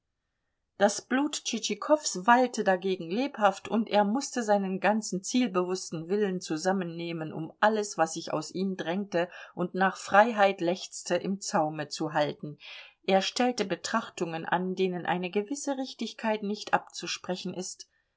das blut tschitschikows wallte dagegen lebhaft und er mußte seinen ganzen zielbewußten willen zusammennehmen um alles was sich aus ihm drängte und nach freiheit lechzte im zaume zu halten er stellte betrachtungen an denen eine gewisse richtigkeit nicht abzusprechen ist